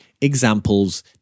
examples